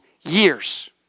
years